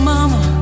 Mama